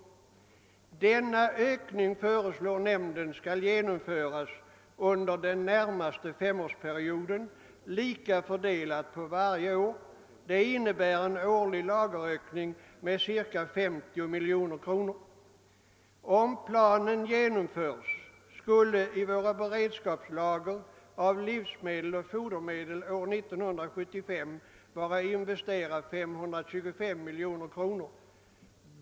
Denna ökning föreslår nämnden skall genomföras under den närmaste femårsperioden, lika fördelat på varje år. Det innebär en årlig lagerökning med cirka 50 miljoner kronor. Om planen genomförs skulle i våra beredskapslager av livsmedel och fodermedel år 1975 vara investerat cirka 525 miljoner kronor.